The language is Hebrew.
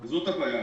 וזאת הבעיה.